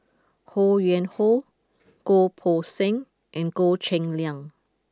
Ho Yuen Hoe Goh Poh Seng and Goh Cheng Liang